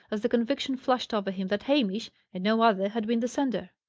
as the conviction flashed over him that hamish, and no other, had been the sender.